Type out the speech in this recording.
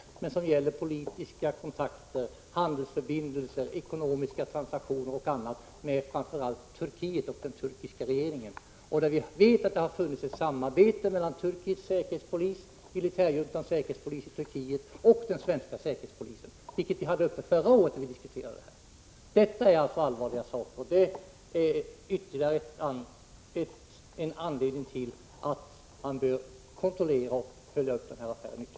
Det gäller emellertid politiska kontakter, handelsförbindelser, ekonomiska transaktioner och annat med framför allt den turkiska regeringen. Vi vet att det har funnits ett samarbete mellan den turkiska militärjuntans säkerhetspolis och den svenska säkerhetspolisen, vilket vi hade uppe förra året när vi diskuterade denna fråga. Detta är allvarliga saker, vilket är en anledning till att vi bör kontrollera och granska denna affär ytterligare.